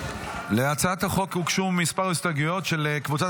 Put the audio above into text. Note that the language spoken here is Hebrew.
להצעת החוק הוגשו כמה הסתייגויות של קבוצת